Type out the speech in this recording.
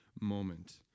moment